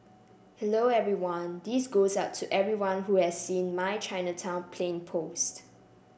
hello everyone This goes out to everyone who has seen my Chinatown plane post